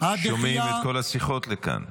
שומעים את כל השיחות לכאן.